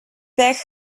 pech